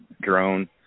drone